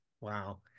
Wow